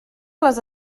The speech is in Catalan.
les